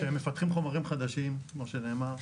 לא, כשמפתחים חומרים חדשים, כמו שנאמר,